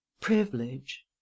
privilege